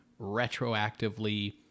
retroactively